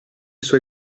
suoi